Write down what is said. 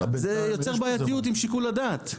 זה יוצר בעיתיות עם שיקול הדעת.